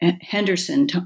Henderson